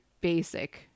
basic